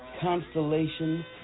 Constellation